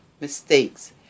mistakes